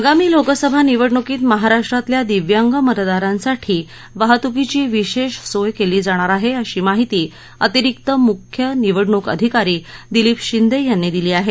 आगामी लोकसभा निवडणुकीत महाराष्ट्रातल्या दिव्यांग मतदारांसाठी वाहतुकीची विशेष सोय केली जाणार आहे अशी माहिती अतिरिक्त मुख्य निवडणूक अधिकारी दिलीप शिंदे यांनी दिली आहे